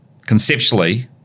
conceptually